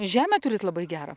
žemę turit labai gerą